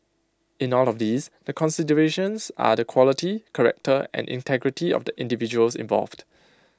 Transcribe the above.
in all of these the considerations are the quality character and integrity of the individuals involved